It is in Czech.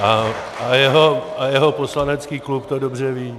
A jeho poslanecký klub to dobře ví.